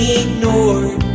ignored